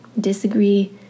disagree